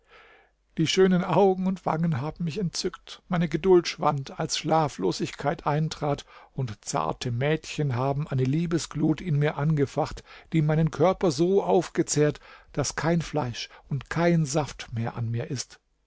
die schönen augen und wangen haben mich entzückt meine geduld schwand als schlaflosigkeit eintrat und zarte mädchen haben eine liebesglut in mir angefacht die meinen körper so aufzehrt daß kein fleisch und kein saft mehr an mir ist